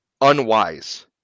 unwise